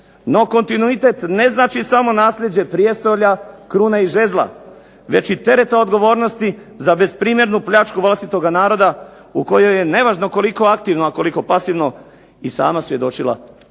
No kontinuitet ne znači samo naslijeđe prijestolja, krune i žezla već i tereta odgovornosti za besprimjernu pljačku vlastitoga naroda u kojoj je nevažno koliko aktivno, a koliko pasivno i sama svjedočila